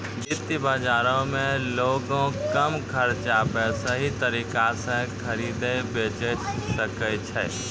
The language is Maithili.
वित्त बजारो मे लोगें कम खर्चा पे सही तरिका से खरीदे बेचै सकै छै